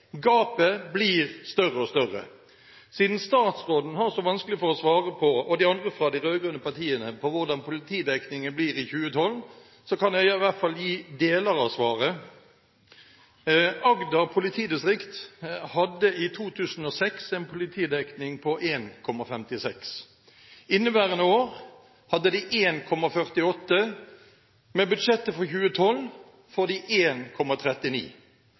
Gapet blir større og større. Siden statsråden har så vanskelig for å svare – og også de andre fra de rød-grønne partiene – på hvordan politidekningen blir i 2012, kan jeg i hvert fall gi deler av svaret. Agder politidistrikt hadde i 2006 en politidekning på 1,56. Inneværende år hadde de 1,48. Med budsjettet for 2012 får de